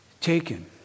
Taken